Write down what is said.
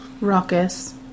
raucous